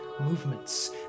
movements